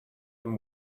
them